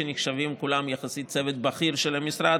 שנחשבים כולם צוות בכיר יחסית של המשרד,